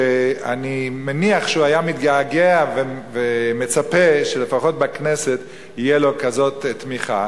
ואני מניח שהוא מתגעגע ומצפה שלפחות בכנסת תהיה לו כזאת תמיכה,